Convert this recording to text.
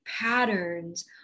patterns